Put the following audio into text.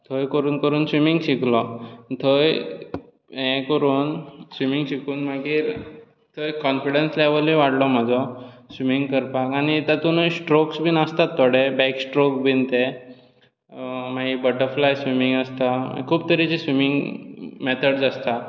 थंय करून करून स्विमींग शिकलो थंय हें करून स्विमींग शिकून मागीर थंय काॅन्फिडन्स लॅवलूय वाडलो म्हाजो स्विमींग करपाक आनी तातूनय स्ट्रोक्स बीन आसतात थोडें बॅक स्ट्रोक बीन ते मागीर बटर्फ्लाय स्विमींग आसता खूब तरेची स्विमींग मॅथड्स आसतात